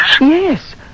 Yes